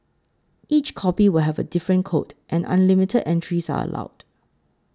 each copy will have a different code and unlimited entries are allowed